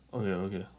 okay ah okay ah